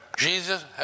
Jesus